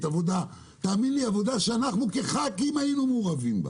עבודה שאנחנו כחברי כנסת היינו מעורבים בה